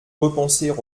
repenser